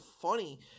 funny